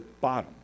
bottom